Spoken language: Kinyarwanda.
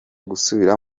gusubira